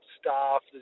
staff